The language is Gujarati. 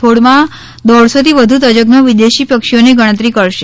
થોળમાં દોઢસોથી વધુ તજન્નો વિદેશી પક્ષીઓની ગણતરી કરશે